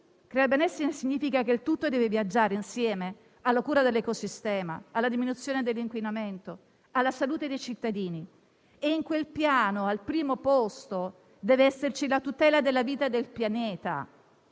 un'altra cosa: significa che il tutto deve viaggiare insieme alla cura dell'ecosistema, alla diminuzione dell'inquinamento, alla salute dei cittadini. In quel piano, al primo posto deve esserci la tutela della vita del pianeta;